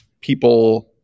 people